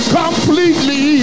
completely